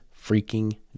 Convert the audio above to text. freaking